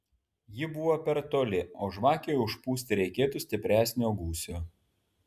ji buvo per toli o žvakei užpūsti reikėtų stipresnio gūsio